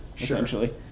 essentially